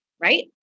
right